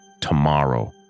tomorrow